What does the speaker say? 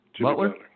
Butler